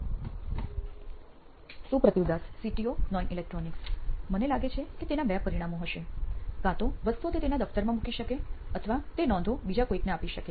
સુપ્રતિવ Das CTO નોઇન electronics મને લાગે છે કે તેના બે પરિણામો હશે કાં તો તે વસ્તુઓ તેના દફ્તરમાં મૂકી શકે અથવા તે નોંધો બીજા કોઈને આપી શકે